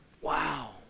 Wow